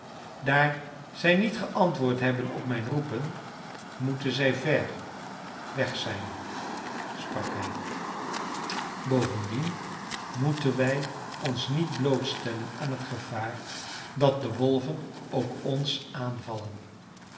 daar zij niet geantwoord hebben op mijn roepen moeten zij ver weg zijn sprak hij bovendien moeten wij ons niet blootstellen aan t gevaar dat de wolven ook ons aanvallen